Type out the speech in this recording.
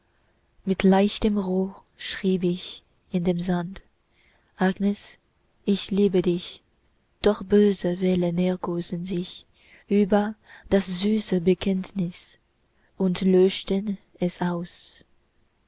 mit leichtem rohr schrieb ich in den sand agnes ich liebe dich doch böse wellen ergossen sich über das süße bekenntnis und löschten es aus